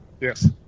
Yes